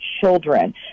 children